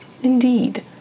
Indeed